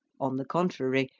on the contrary,